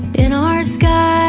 in our skies